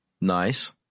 Nice